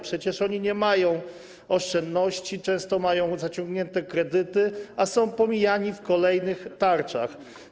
Przecież oni nie mają oszczędności, często mają zaciągnięte kredyty, a są pomijani w kolejnych tarczach.